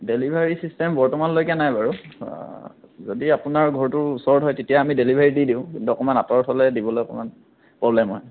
delivery system বৰ্তমানলৈকে নাই বাৰু যদি আপোনাৰ ঘৰটো ওচৰত হয় তেতিয়া আমি ডেলিভাৰী দি দিওঁ কিন্তু অকণমান আঁতৰত হ'লে দিবলৈ অকণমান প্ৰব্লেম হয়